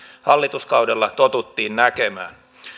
hallituskaudella totuttiin näkemään